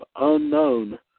Unknown